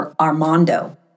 Armando